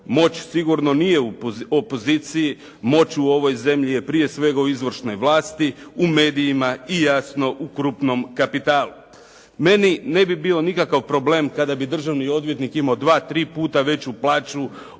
Moć sigurno nije u opoziciji, moć u ovoj zemlji je prije svega u izvršnoj vlasti, u medijima i jasno u krupnom kapitalu. Meni ne bi bio nikakva problem kada bi državni odvjetnik imao dva, tri puta veću plaću